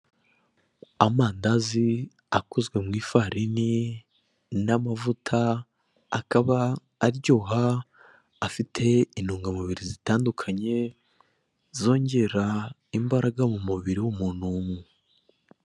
Amandazi akozwe mu ifarini n'amavuta akaba aryoha, afite intungamubiri zitandukanye zongera imbaraga mu mubiri w'umuntu.